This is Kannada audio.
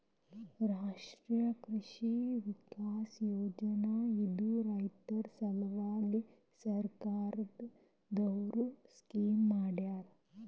ರಾಷ್ಟ್ರೀಯ ಕೃಷಿ ವಿಕಾಸ್ ಯೋಜನಾ ಇದು ರೈತರ ಸಲ್ವಾಗಿ ಸರ್ಕಾರ್ ದವ್ರು ಸ್ಕೀಮ್ ಮಾಡ್ಯಾರ